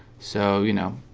so, you know,